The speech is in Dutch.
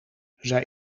zij